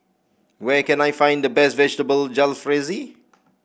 where can I find the best Vegetable Jalfrezi